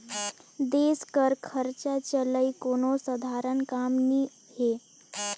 देस कर खरचा चलई कोनो सधारन काम नी हे